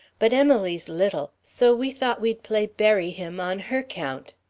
but emily's little so we thought we'd play bury him on her count.